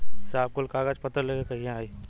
साहब कुल कागज पतर लेके कहिया आई?